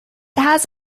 has